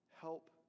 Help